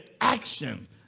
action